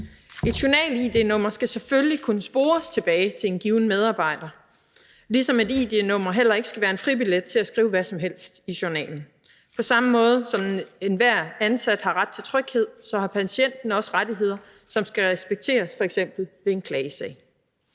Et journal-id-nummer skal selvfølgelig kunne spores tilbage til en given medarbejder, ligesom et id-nummer heller ikke skal være en fribillet til at skrive hvad som helst i journalen. På samme måde som enhver ansat har ret til tryghed, har patienten også rettigheder, som skal respekteres ved f.eks. en klagesag.